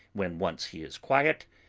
when once he is quiet,